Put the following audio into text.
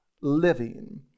living